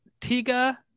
Tiga